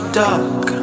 dark